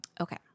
Okay